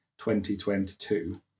2022